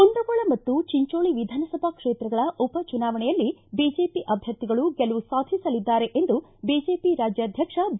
ಕುಂದಗೋಳ ಮತ್ತು ಚಿಂಚೋಳ ವಿಧಾನಸಭಾ ಕ್ಷೇತ್ರಗಳ ಉಪ ಚುನಾವಣೆಯಲ್ಲಿ ಬಿಜೆಪಿ ಅಭ್ವರ್ಥಿಗಳು ಗೆಲುವು ಸಾಧಿಲಿದ್ದಾರೆ ಎಂದು ಬಿಜೆಪಿ ರಾಜ್ಯಾಧ್ಯಕ್ಷ ಬಿ